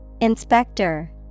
Inspector